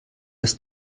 das